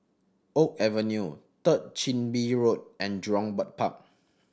Oak Avenue Third Chin Bee Road and Jurong Bird Park